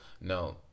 No